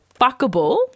fuckable